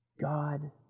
God